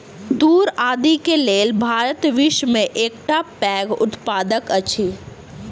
तूर आदि के लेल भारत विश्व में एकटा पैघ उत्पादक अछि